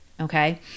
okay